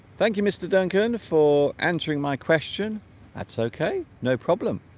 thank you mr. d'ancona for answering my question that's okay no problem